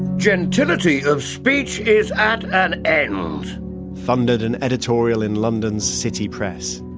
gentility of speech is at an end, thundered an editorial in london's city press